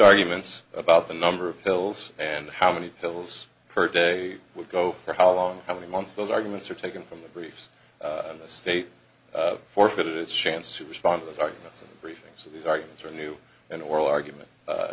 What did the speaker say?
arguments about the number of pills and how many pills per day would go for how long how many months those arguments are taken from the briefs in the state forfeited its chance to respond to those arguments and briefings so these arguments are new and oral argument